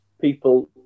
people